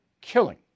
killing